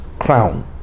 crown